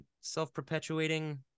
self-perpetuating